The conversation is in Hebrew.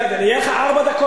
יהיו לך ארבע דקות